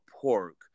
pork